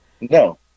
no